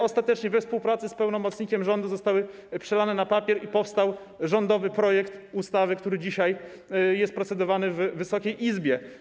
Ostatecznie we współpracy z pełnomocnikiem rządu zostały przelane na papier i powstał rządowy projekt ustawy, który dzisiaj procedowany jest w Wysokiej Izbie.